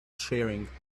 sharing